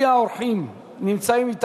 20 בעד, אין מתנגדים, אין נמנעים.